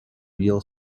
real